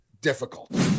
difficult